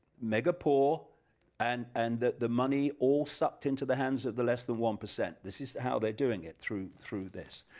mega-poor and and the the money all sucked into the hands of the less than one percent, this is how they are doing it through through this.